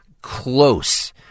close